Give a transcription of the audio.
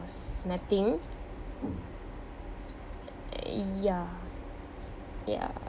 was nothing ya ya